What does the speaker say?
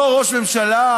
אותו ראש ממשלה,